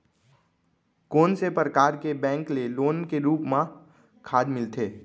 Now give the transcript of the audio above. कोन से परकार के बैंक ले लोन के रूप मा खाद मिलथे?